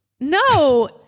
No